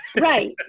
Right